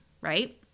right